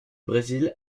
brésil